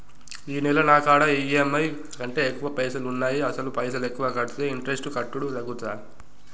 ఈ నెల నా కాడా ఈ.ఎమ్.ఐ కంటే ఎక్కువ పైసల్ ఉన్నాయి అసలు పైసల్ ఎక్కువ కడితే ఇంట్రెస్ట్ కట్టుడు తగ్గుతదా?